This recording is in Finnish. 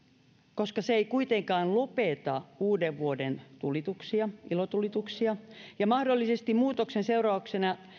koska se ei kuitenkaan lopeta uudenvuoden ilotulituksia ilotulituksia mahdollisesti muutoksen seurauksena